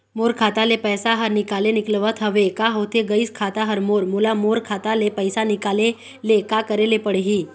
मोर खाता ले पैसा हर निकाले निकलत हवे, का होथे गइस खाता हर मोर, मोला मोर खाता ले पैसा निकाले ले का करे ले पड़ही?